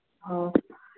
और